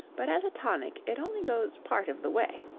but as a tonic it only goes part of the way.